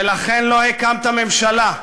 ולכן לא הקמת ממשלה,